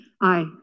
Aye